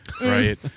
right